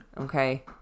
okay